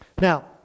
Now